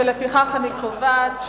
לפיכך אני קובעת,